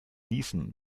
niesen